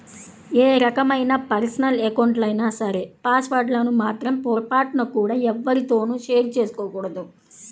ఏ రకమైన పర్సనల్ అకౌంట్లైనా సరే పాస్ వర్డ్ లను మాత్రం పొరపాటున కూడా ఎవ్వరితోనూ షేర్ చేసుకోకూడదు